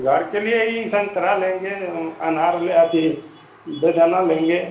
घर के लिए ही संतरा लेंगे अनार ले अथि बेदाना लेंगे